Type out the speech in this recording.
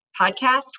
podcast